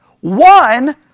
one